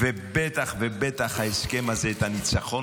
ובטח ובטח ההסכם הזה, את הניצחון